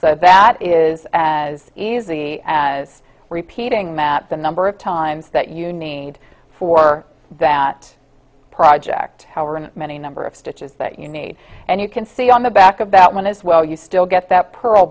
so that is as easy as repeating that the number of times that you need for that project however and many number of stitches that you need and you can see on the back of that one as well you still get that pearl